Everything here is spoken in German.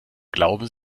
glauben